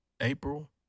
April